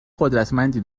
قدرتمندی